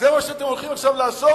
זה מה שאתם הולכים עכשיו לעשות?